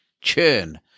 Churn